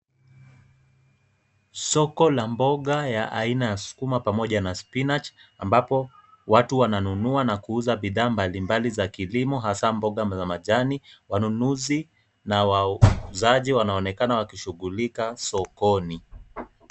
Soko la mboga ya aina ya sukuma pamoja spinach ambapo watu wananunua na kuuza bidhaa mbalimbali za kilimo hasa mboga za majani. Wanunuzi na wauzaji wanaonekana wakishughulika sokoni.